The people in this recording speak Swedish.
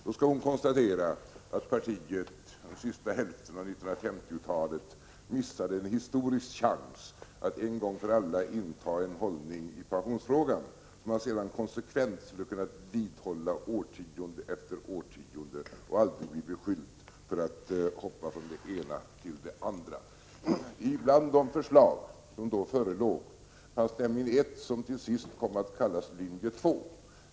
Då skall hon kunna konstatera att partiet under den sista hälften av 1950-talet missade en historisk chans att en gång för alla inta en hållning i pensionsfrågan som man sedan konsekvent skulle ha kunnat vidhålla årtionde efter årtionde och aldrig bli beskylld för att hoppa från det ena till det andra. Bland de förslag som då förelåg fanns nämligen ett som till sist kom att kallas linje 2.